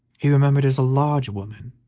he remembered as a large woman,